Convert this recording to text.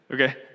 Okay